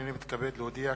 הנני מתכבד להודיע,